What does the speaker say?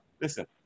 Listen